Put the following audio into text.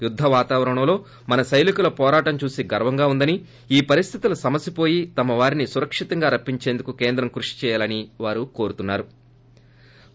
యుద్ద వాతావరణంలో మన సైనికుల పోరాటం చూసి గర్వంగా వుందని ఈ పరిస్హితులు సమసిహోయి తమవారిని సురక్షితంగా రప్సించేందుకు కేంద్రం కృషి చేయాలని వారు కోరుతున్నారు